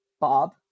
bob